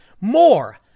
more